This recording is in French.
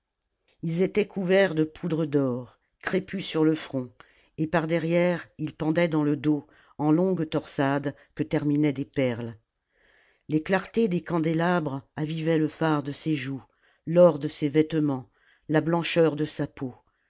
ils étaient couverts de poudre d'or crépus sur le front et par derrière ils pendaient dans le dos en longues torsades que terminaient des perles les clartés des candélabres avivaient le fard de ses joues l'or de ses vêtements la blancheur de sa peau